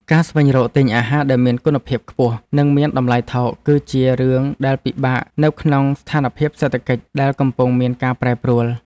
ការស្វែងរកទិញអាហារដែលមានគុណភាពខ្ពស់ និងមានតម្លៃថោកគឺជារឿងដែលពិបាកនៅក្នុងស្ថានភាពសេដ្ឋកិច្ចដែលកំពុងមានការប្រែប្រួល។